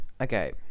okay